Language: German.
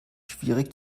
schwierig